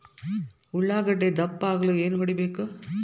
ಉಳ್ಳಾಗಡ್ಡೆ ದಪ್ಪ ಆಗಲು ಏನು ಹೊಡಿಬೇಕು?